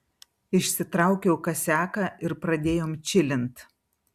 išsitraukiau kasiaką ir pradėjom čilint